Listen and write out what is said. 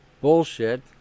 bullshit